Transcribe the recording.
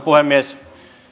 puhemies